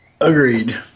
Agreed